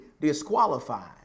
disqualified